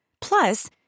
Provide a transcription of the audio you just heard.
Plus